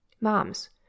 Moms